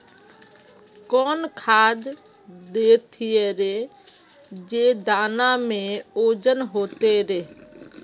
कौन खाद देथियेरे जे दाना में ओजन होते रेह?